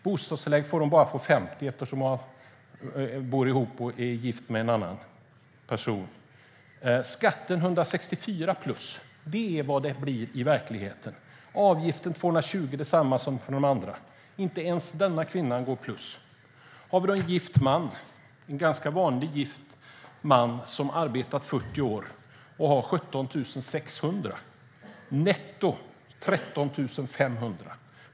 Bostadstillägg får hon bara till 50 procent eftersom hon är gift. Skatten 164 plus är vad det blir i verkligheten. Avgiften för hemtjänsten, 220 kronor, är densamma som för de andra. Inte ens denna kvinna går plus. Sedan har vi då en ganska vanlig gift man som arbetat i 40 år och har brutto 17 600 i pension, netto 13 500.